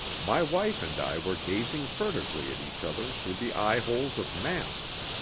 my wife and i were gazing furtively at each other through the eye-holes of masks.